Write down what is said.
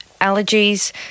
allergies